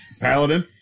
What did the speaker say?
Paladin